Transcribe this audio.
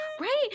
right